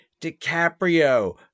DiCaprio